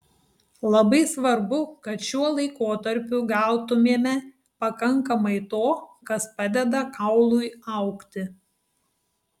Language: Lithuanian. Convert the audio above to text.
labai svarbu kad šiuo laikotarpiu gautumėme pakankamai to kas padeda kaului augti